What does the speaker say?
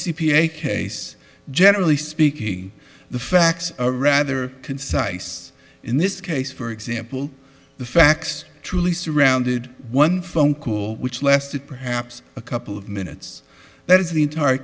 a case generally speaking the facts are rather concise in this case for example the facts truly surrounded one phone call which lasted perhaps a couple of minutes that is the entire